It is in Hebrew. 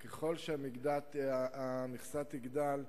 ככל שהמכסה תגדל,